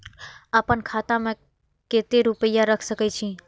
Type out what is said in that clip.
आपन खाता में केते रूपया रख सके छी?